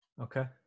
okay